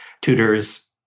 tutors